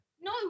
No